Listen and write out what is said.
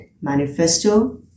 Manifesto